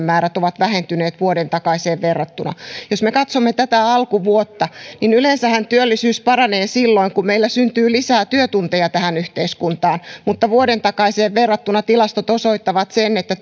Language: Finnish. määrämme ovat vähentyneet vuoden takaiseen verrattuna jos me katsomme tätä alkuvuotta niin yleensähän työllisyys paranee silloin kun meillä syntyy lisää työtunteja tähän yhteiskuntaan mutta vuoden takaiseen verrattuna tilastot osoittavat sen että